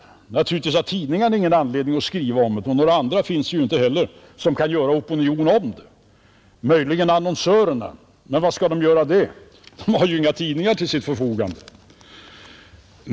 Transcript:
Naturligtvis har tidningarna ingen anledning att skriva om det och några andra finns ju inte som kan skapa opinion kring det. Möjligen annonsörerna, men var skall de göra det? De har ju inga tidningar till sitt förfogande.